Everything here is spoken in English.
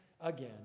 again